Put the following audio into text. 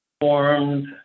formed